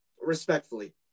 respectfully